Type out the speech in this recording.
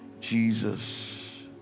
Jesus